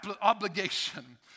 obligation